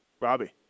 Robbie